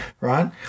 right